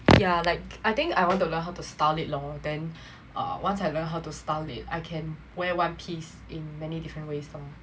yeah like I think I want to learn how to style it lor then once I learn how to style it I can wear one piece in many different ways lor